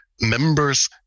members